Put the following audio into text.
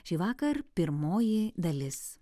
šįvakar pirmoji dalis